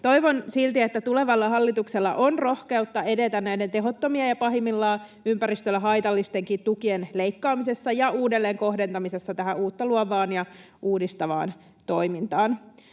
Toivon silti, että tulevalla hallituksella on rohkeutta edetä tehottomien ja pahimmillaan ympäristölle haitallistenkin tukien leikkaamisessa ja uudelleenkohdentamisessa uutta luovaan ja uudistavaan toimintaan.